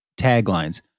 taglines